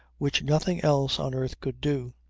which nothing else on earth could do.